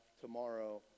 tomorrow